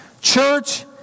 Church